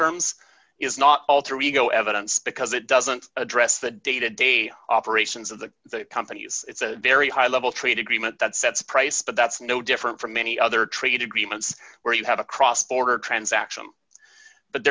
terms is not alter ego evidence because it doesn't address the day to day operations of the companies it's a very high level trade agreement that sets price but that's no different from many other trade agreements where you have a cross border transaction but